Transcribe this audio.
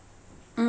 mm